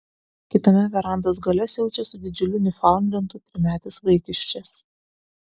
kitame verandos gale siaučia su didžiuliu niufaundlendu trimetis vaikiščias